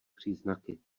příznaky